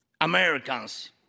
Americans